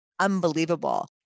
unbelievable